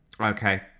Okay